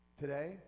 Today